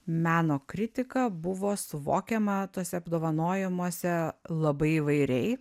meno kritika buvo suvokiama tuose apdovanojimuose labai įvairiai